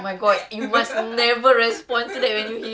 I I was just thinking of the mat minah call